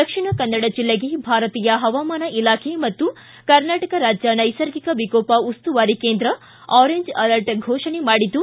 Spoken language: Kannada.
ದಕ್ಷಿಣ ಕನ್ನಡ ಜಿಲ್ಲೆಗೆ ಭಾರತೀಯ ಹವಾಮಾನ ಇಲಾಖೆ ಮತ್ತು ಕರ್ನಾಟಕ ರಾಜ್ಯ ನೈಸರ್ಗಿಕ ವಿಕೋಪ ಉಸ್ತುವಾರಿ ಕೇಂದ್ರವು ಆರೆಂಜ್ ಅಲರ್ಟ್ ಫೋಷಣೆ ಮಾಡಿದ್ದು